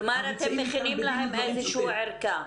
כלומר, אתם מכינים להם איזו ערכה.